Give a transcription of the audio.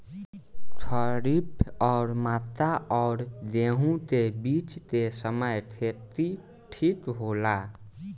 खरीफ और मक्का और गेंहू के बीच के समय खेती ठीक होला?